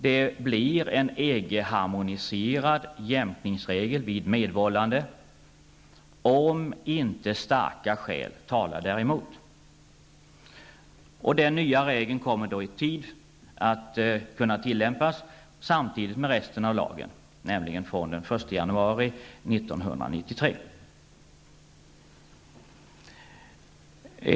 Det blir en EG-harmoniserad jämkningsregel vid medvållande om inte starka skäl talar däremot. Den nya regeln kommer i tid att kunna tillämpas samtidigt med resten av lagen, nämligen från den 1 januari 1993.